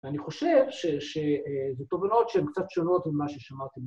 ואני חושב שזה תובנות שהן קצת שונות ממה ששמעתם.